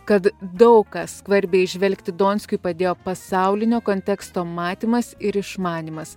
kad daug kas skvarbiai žvelgti donskiui padėjo pasaulinio konteksto matymas ir išmanymas